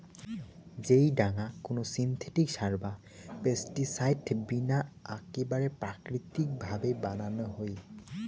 যেই ডাঙা কোনো সিনথেটিক সার বা পেস্টিসাইড বিনা আকেবারে প্রাকৃতিক ভাবে বানানো হই